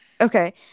Okay